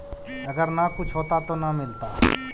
अगर न कुछ होता तो न मिलता?